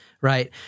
Right